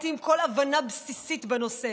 חסר לעיתים כל הבנה בסיסית בנושא.